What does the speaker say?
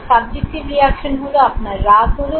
এর subjective reaction হলো আপনার রাগ হলো